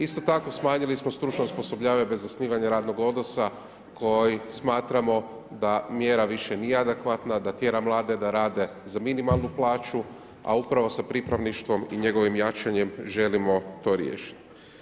Isto tako smanjili smo stručno osposobljavanje bez zasnivanja radnog odnosa, koji smatramo da mjera više nije adekvatna, da tjera mlade, da rade za minimalnu plaću, a upravo sa pripravništvom i njegovim jačanjem, želimo to riješiti.